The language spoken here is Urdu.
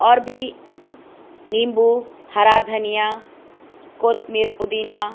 اور بھی نیمبو ہرا دھنیا کوتمیر پودینہ